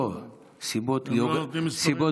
לא, סיבות גיאוגרפיות.